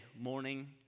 morning